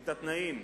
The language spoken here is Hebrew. את התנאים.